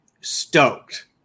stoked